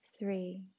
Three